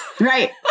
Right